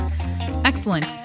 excellent